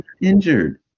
injured